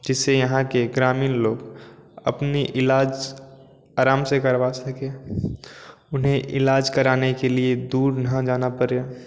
जिससे यहाँ के ग्रामीण लोग अपना इलाज आराम से करवा सकें उन्हें इलाज कराने के लिए दूर ना जाना पड़े